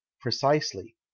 precisely